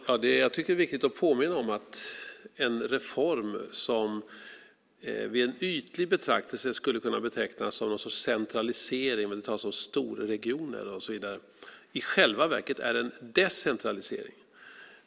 Fru talman! Jag tycker att det är viktigt att påminna om att en reform som vid en ytlig betraktelse skulle kunna betecknas som någon sorts centralisering när det talas som storregioner och så vidare i själva verket är en decentralisering.